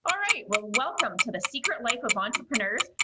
alright, well welcome to the secret life of entrepreneurs,